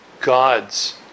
God's